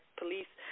police